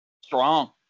Strong